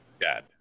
dad